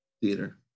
Theater